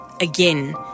again